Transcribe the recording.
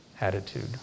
attitude